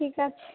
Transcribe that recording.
ঠিক আছে